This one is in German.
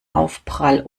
aufprall